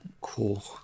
Cool